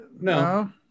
No